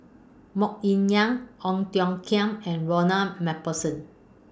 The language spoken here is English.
Mok Ying Jang Ong Tiong Khiam and Ronald MacPherson